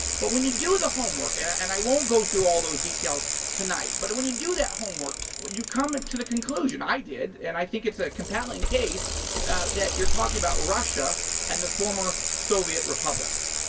but when you do the homework, and and i won't go through all those details tonight, but when you do that homework, when you come into the conclusion, i did. and i think it's a compelling case that you're talking about russia and the former soviet republics.